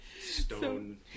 Stone